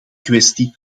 kwestie